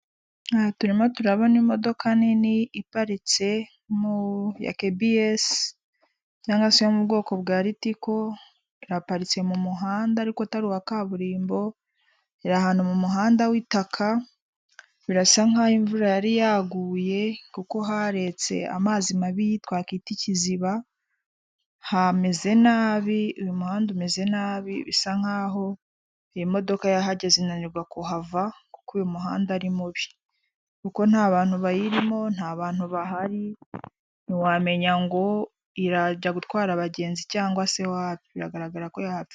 Hano turimo turabona imodoka nini iparitse mu ya kebiyesi cyangwa se yo mu bwoko bwa litiko iparitse mu muhanda ariko atari uwa kaburimbo irahantu mu muhanda w'itaka birasa nk'aho imvura yari yaguye kuko haretse amazi mabi twakita ikiziba hameze nabi .Uyu muhanda umeze nabi bisa nk'aho, iyi modoka yahageze inanirwa kuhava k'uko uyu muhanda ari mubi kuko nta bantu bayirimo ,nta bantu bahari ntiwamenya ngo iraja gutwara abagenzi cyangwa se wapi biragaragara ko yapfuye.